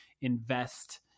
invest